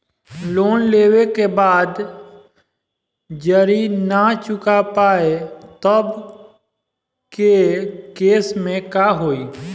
Loan लेवे के बाद जड़ी ना चुका पाएं तब के केसमे का होई?